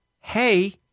hey